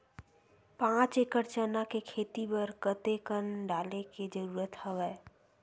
पांच एकड़ चना के खेती बर कते कन डाले के जरूरत हवय?